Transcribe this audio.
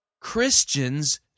Christians